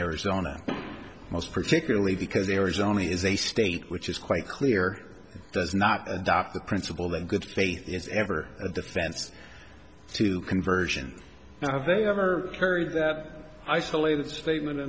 arizona most particularly because there is only as a state which is quite clear does not adopt the principle that good faith is ever a defense to conversion they ever heard the isolated statement